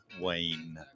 Wayne